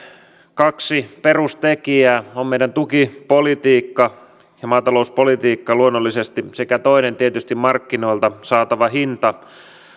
kaksi perustekijää meidän tukipolitiikka ja maatalouspolitiikka luonnollisesti sekä toisena tietysti markkinoilta saatava hinta